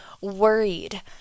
worried